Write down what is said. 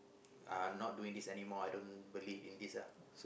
I'm not doing this anymore I don't believe in this uh ah